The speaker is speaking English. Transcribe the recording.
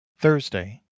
Thursday